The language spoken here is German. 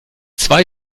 zwei